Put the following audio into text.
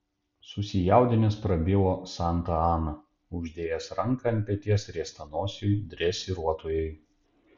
susijaudinęs prabilo santa ana uždėjęs ranką ant peties riestanosiui dresiruotojui